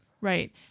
Right